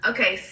Okay